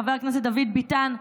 חבר הכנסת דוד ביטן,